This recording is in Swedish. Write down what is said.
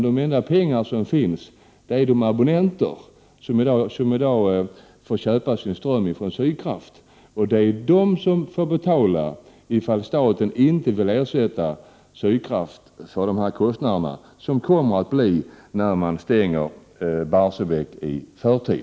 De enda pengar som finns kommer från de abonnenter som i dag får köpa sin ström från Sydkraft, och det är de som får betala, ifall staten inte vill ersätta Sydkraft för de kostnader som kommer att uppstå när man stänger Barsebäck i förtid.